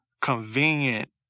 convenient